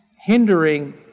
hindering